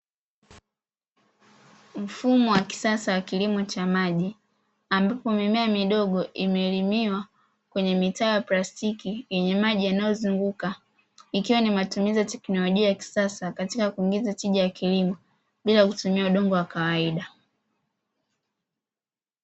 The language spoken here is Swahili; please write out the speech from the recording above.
Mfumo wa kisasa wa kilimo cha maji ambapo mimea midogo imelimiwa kwenye mitala ya plastiki, yenye maji yanayozunguka ikiwa ni matumizi ya teknolojia ya kisasa katika tija bila kutumia udongo wa kawaida.